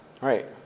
Right